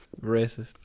Racist